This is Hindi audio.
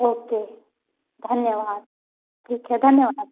ओके धन्यवाद ठीक है धन्यवाद